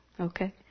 Okay